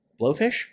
blowfish